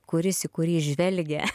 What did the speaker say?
kuris į kurį žvelgia